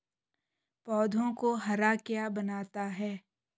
पौधों को हरा क्या बनाता है?